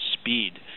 speed